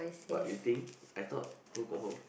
but you think I thought who confirm